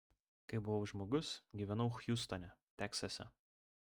kai buvau žmogus gyvenau hjustone teksase